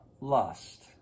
lust